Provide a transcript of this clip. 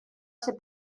ser